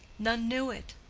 none knew it.